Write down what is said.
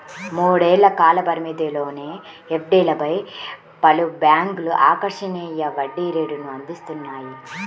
మూడేళ్ల కాల పరిమితిలోని ఎఫ్డీలపై పలు బ్యాంక్లు ఆకర్షణీయ వడ్డీ రేటును అందిస్తున్నాయి